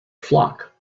flock